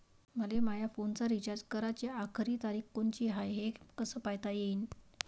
मले माया फोनचा रिचार्ज कराची आखरी तारीख कोनची हाय, हे कस पायता येईन?